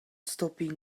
sopping